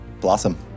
Blossom